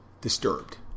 disturbed